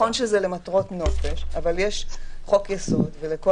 נכון שזה למטרות נופש אבל יש חוק-יסוד ולכל